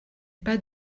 pas